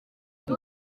gihe